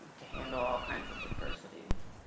to handle all kinds of adversities.